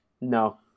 No